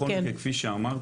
אנחנו בכל מקרה כפי שאמרתי,